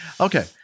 Okay